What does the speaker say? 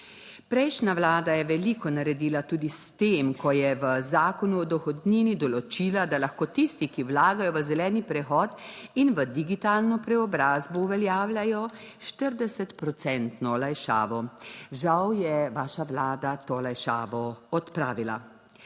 Prejšnja vlada je veliko naredila tudi s tem, ko je v zakonu o dohodnini določila, da lahko tisti, ki vlagajo v zeleni prehod in v digitalno preobrazbo, uveljavljajo 40 procentno olajšavo. Žal je vaša vlada to olajšavo odpravila.